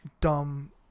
dumb